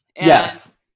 Yes